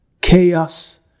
chaos